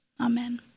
amen